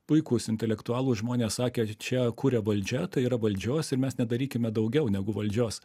puikūs intelektualūs žmonės sakė čia kuria valdžia tai yra valdžios ir mes nedarykime daugiau negu valdžios